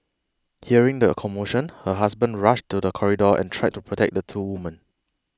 hearing the commotion her husband rushed to the corridor and tried to protect the two woman